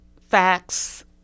facts